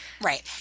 right